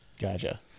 gotcha